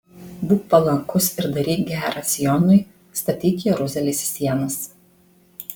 būk palankus ir daryk gera sionui statyk jeruzalės sienas